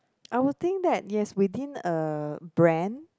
I would think that yes within a brand